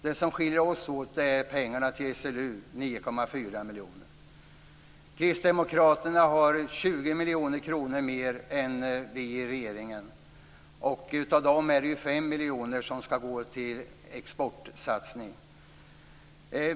Det som skiljer oss åt är pengarna till SLU, 9,4 Kristdemokraterna har 20 miljoner kronor mer än vi och regeringen. Av dem skall 5 miljoner gå till exportsatsning.